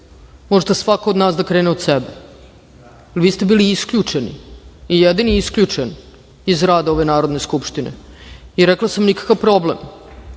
možda svako od nas da krene od sebe. Vi ste bili isključeni i jedini isključeni iz rada ove Narodne skupštine i rekla sam nikakav problem,